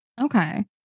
Okay